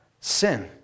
sin